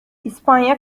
i̇spanya